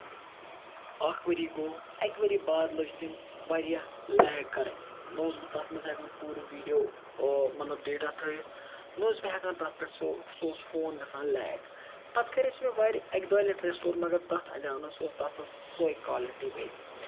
اکھ ؤری گوٚو اَکہِ ؤری باد لٲج تٔمۍ واریاہ لیگ کَرٕنۍ نہ اوسُس بہٕ تَتھ منٛز ہٮ۪کان پوٗرٕ ویٖڈیو مطلب ڈیٹا تھٲیِتھ نہ اوسُس بہٕ ہٮ۪کان تَتھ پٮ۪ٹھ سُہ سُہ اوس فون گژھان لیگ پَتہٕ کَرے مےٚ سُہ واریاہ اَکہِ دوٚیہِ لَٹہِ ریسٹور مَگر تَتھ اَندیوو نہٕ تَتھ اوس سۄے کولٹی بیٚیہِ